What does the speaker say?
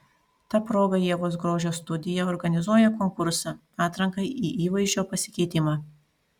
ta proga ievos grožio studija organizuoja konkursą atrankai į įvaizdžio pasikeitimą